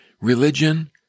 religion